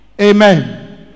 amen